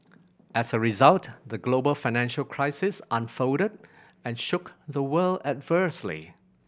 as a result the global financial crisis unfolded and shook the world adversely